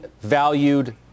valued